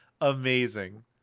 Amazing